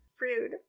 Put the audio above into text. Rude